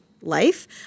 life